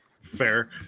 fair